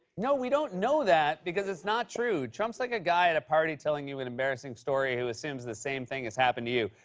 no, we don't know that because it's not true. trump's like a guy at a party telling you an embarrassing story who assumes the same thing has happened to you.